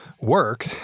work